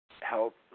help